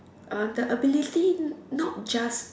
uh the ability not just